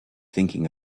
thinking